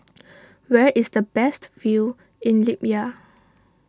where is the best view in Libya